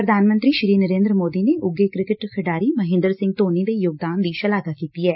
ਪ੍ਰਧਾਨ ਮੰਤਰੀ ਨਰੇਦਰ ਸੋਦੀ ਨੇ ਉੱਘੇ ਕ੍ਰਿਕੇਟ ਖਿਡਾਰੀ ਮਹੇਦਰ ਸਿੰਘ ਧੋਨੀ ਦੇ ਯੋਗਦਾਨ ਦੀ ਸ਼ਲਾਘਾ ਕੀਡੀ ਏ